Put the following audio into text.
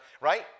right